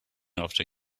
after